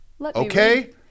okay